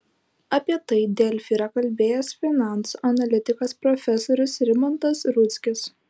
apie tai delfi yra kalbėjęs finansų analitikas profesorius rimantas rudzkis